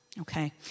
Okay